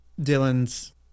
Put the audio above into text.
Dylan's